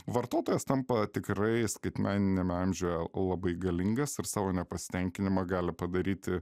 vartotojas tampa tikrai skaitmeniniame amžiuje labai galingas ir savo nepasitenkinimą gali padaryti